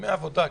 ימי עבודה,